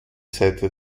seite